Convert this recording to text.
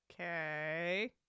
okay